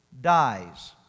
dies